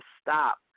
stop